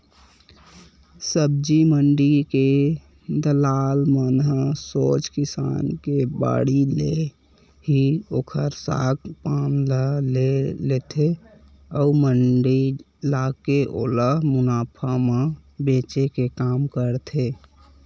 सब्जी मंडी के दलाल मन ह सोझ किसान के बाड़ी ले ही ओखर साग पान ल ले लेथे अउ मंडी लाके ओला मुनाफा म बेंचे के काम करथे